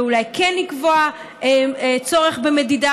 ואולי כן לקבוע צורך במדידה,